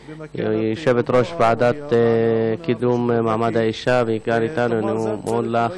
יושבת-ראש הוועדה לקידום מעמד האישה, אני מודה לך,